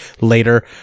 later